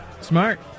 Smart